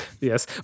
yes